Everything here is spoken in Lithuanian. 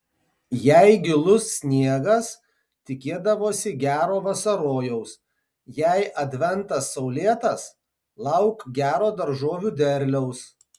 jei gilus sniegas tikėdavosi gero vasarojaus jei adventas saulėtas lauk gero daržovių derliaus